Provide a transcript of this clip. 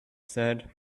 said